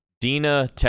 Dina